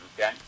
okay